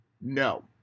no